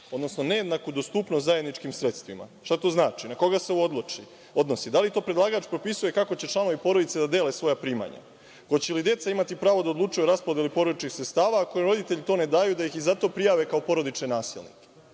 odnosno nejednaku nedostupnost zajedničkim sredstvima. Šta to znači? Na koga se ovo odnosi? Da li to predlagač propisuje kako će članovi porodice da dele svoja primanja? Hoće li deca imati pravo da odlučuju o raspodeli porodičnih sredstava a ako im roditelji to ne daju da ih i zato prijave kao porodične nasilnike?